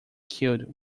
killed